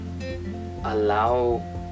allow